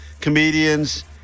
comedians